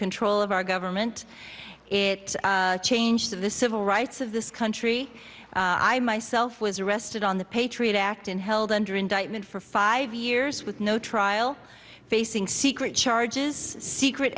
control of our government it changed of the civil rights of this country i myself was arrested on the patriot act and held under indictment for five years with no trial facing secret charges secret